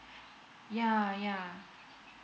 yeah yeah